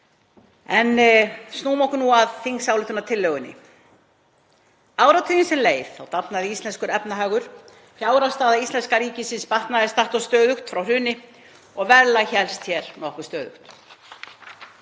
Snúum okkur að þingsályktunartillögunni. Áratuginn sem leið dafnaði íslenskur efnahagur. Fjárhagsstaða íslenska ríkisins batnaði statt og stöðugt frá hruni og verðlag hélst hér nokkuð stöðugt.